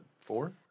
Four